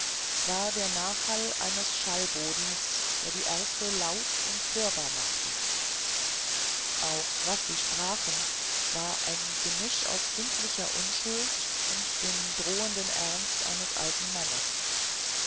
war wie der nachhall eines schallbodens der die erste laut und hörbar machte auch was sie sprachen war ein gemisch aus kindlicher unschuld und dem drohenden ernst eines alten mannes